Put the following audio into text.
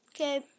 Okay